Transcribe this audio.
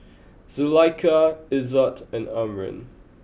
Zulaikha Izzat and Amrin